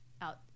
out